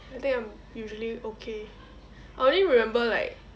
I think I'm usually okay I only remember like